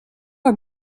are